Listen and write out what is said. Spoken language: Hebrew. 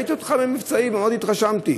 ראיתי אותך במבצעי, ומאוד התרשמתי.